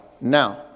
Now